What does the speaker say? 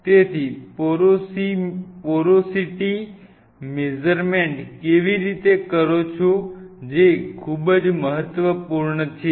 તમે porosity measurement કેવી રીતે કરો છો જે ખૂબ જ મહત્વપૂર્ણ છે